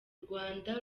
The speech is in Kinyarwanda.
rwanda